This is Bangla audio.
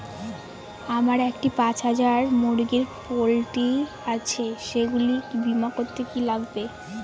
আমার একটি পাঁচ হাজার মুরগির পোলট্রি আছে সেগুলি বীমা করতে কি লাগবে?